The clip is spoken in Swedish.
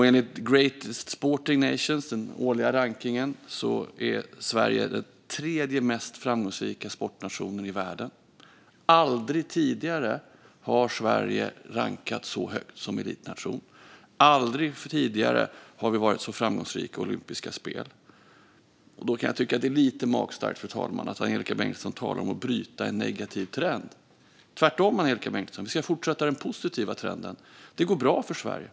Enligt Greatest Sporting Nation, den årliga rankningen, är Sverige den tredje mest framgångsrika sportnationen i världen. Aldrig tidigare har Sverige rankats så högt som elitnation. Aldrig tidigare har vi varit så framgångsrika i olympiska spel. Då kan jag tycka att det är lite magstarkt, fru talman, att Angelika Bengtsson talar om att bryta en negativ trend. Det är tvärtom, Angelika Bengtsson. Vi ska fortsätta den positiva trenden. Det går bra för Sverige.